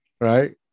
Right